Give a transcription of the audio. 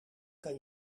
kan